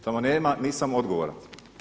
Tamo nema nisam odgovoran.